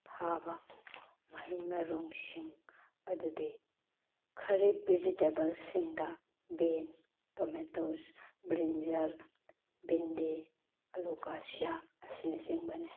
ꯊꯥꯕ ꯃꯍꯩ ꯃꯔꯣꯡꯁꯤꯡ ꯑꯗꯨꯗꯤ ꯈꯥꯔꯤꯕ ꯚꯦꯖꯤꯇꯦꯕꯜ ꯁꯤꯡꯗ ꯕꯤꯟꯁ ꯇꯣꯃꯥꯇꯣꯖ ꯕ꯭ꯔꯤꯟꯖꯥꯜ ꯕꯤꯟꯗꯤ ꯑꯂꯨꯀꯥꯁꯤꯌꯥ ꯑꯁꯤꯅ ꯆꯤꯡꯕꯅꯤ